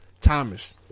Thomas